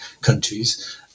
countries